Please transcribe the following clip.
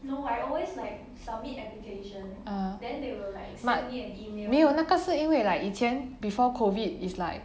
uh but 没有那个是因为 like 以前 before COVID it is like